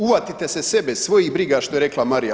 Uhvatite se sebe, svojih briga što je rekla Marija.